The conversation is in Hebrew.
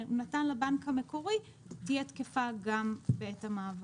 נתן לבנק המקורי תהיה תקפה גם בעת המעבר.